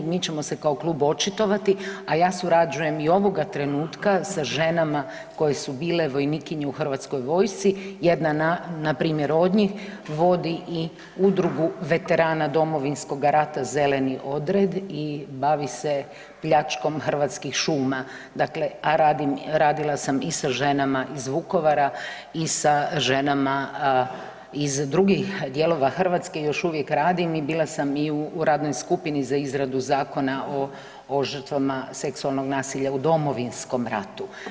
Mi ćemo se kao klub očitovati, a ja surađujem i ovoga trenutka sa ženama koje su bile vojnikinje u Hrvatskoj vojsci, jedna npr. od njih vodi i udrugu veterana Domovinskoga rata Zeleni odred i bavi se pljačkom hrvatskih šuma, a dakle, a radim, radila sam i sa ženama iz Vukovara i sa ženama iz drugih dijelova Hrvatske i još uvijek radim i bila sam i u radnoj skupini za izradu zakona o žrtvama seksualnog nasilja u Domovinskom ratu.